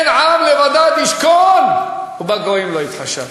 הן עם לבדד ישכון ובגויים לא יתחשב.